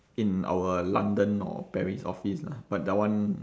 in our london or paris office lah but that one